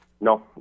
No